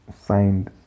signed